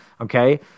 Okay